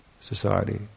society